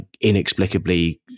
inexplicably